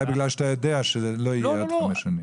בגלל שאתה יודע שזה לא יהיה עוד חמש שנים.